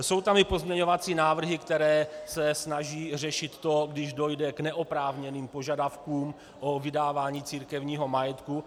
Jsou tam i pozměňovací návrhy, které se snaží řešit to, když dojde k neoprávněným požadavkům o vydávání církevního majetku.